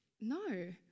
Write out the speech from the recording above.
no